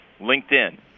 LinkedIn